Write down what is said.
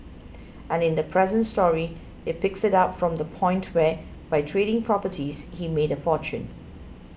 and in the present story it picks it up from the point where by trading properties he's made a fortune